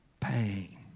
pain